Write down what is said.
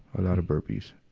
a lot of burpees